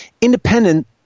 independent